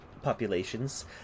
populations